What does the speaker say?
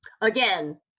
Again